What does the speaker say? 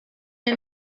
der